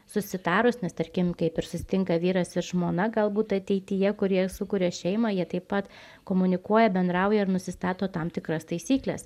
susitarus nes tarkim kaip ir susitinka vyras ir žmona galbūt ateityje kurie sukuria šeimą jie taip pat komunikuoja bendrauja ir nusistato tam tikras taisykles